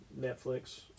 Netflix